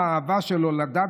יש לכם בעיה: יש לי קול חזק מאוד,